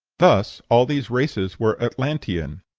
thus all these races were atlantean.